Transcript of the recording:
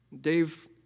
Dave